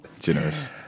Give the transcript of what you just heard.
Generous